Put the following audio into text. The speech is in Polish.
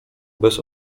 bez